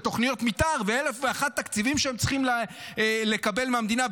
ותוכניות מתאר ואלף ואחד תקציבים שהם צריכים לקבל מהמדינה,